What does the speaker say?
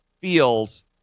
feels